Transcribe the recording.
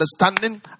understanding